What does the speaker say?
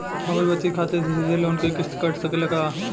हमरे बचत खाते से सीधे लोन क किस्त कट सकेला का?